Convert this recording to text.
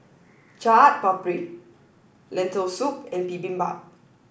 Chaat Papri Lentil Soup and Bibimbap